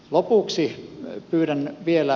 lopuksi pyydän vielä